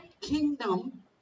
kingdom